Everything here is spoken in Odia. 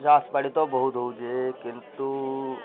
ଚାଷ୍ ବାଡ଼ି ତ ବହୁତ୍ ହେଉଛେଁ କିନ୍ତୁ